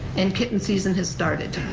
and kitten season has started.